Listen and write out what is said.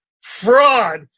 fraud